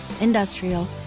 industrial